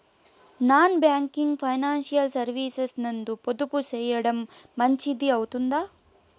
Non banking financial services నందు పొదుపు సేయడం మంచిది అవుతుందా?